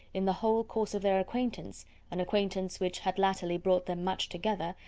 in the whole course of their acquaintance an acquaintance which had latterly brought them much together,